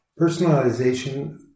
personalization